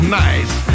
nice